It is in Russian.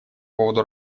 поводу